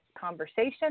conversation